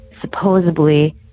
supposedly